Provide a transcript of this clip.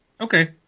okay